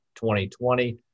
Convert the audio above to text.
2020